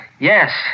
Yes